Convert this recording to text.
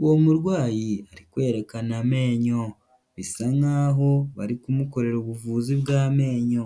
uwo murwayi ari kwerekana amenyo bisa nkaho bari kumukorera ubuvuzi bw'amenyo.